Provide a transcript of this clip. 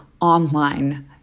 online